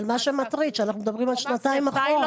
אבל מה שמטריד זה שאנחנו מדברים על שנתיים אחורה.